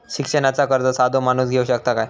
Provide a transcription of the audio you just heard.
शिक्षणाचा कर्ज साधो माणूस घेऊ शकता काय?